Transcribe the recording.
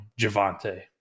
Javante